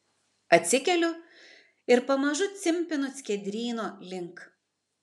atsikeliu ir pamažu cimpinu skiedryno link